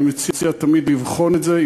אני מציע תמיד לבחון את זה,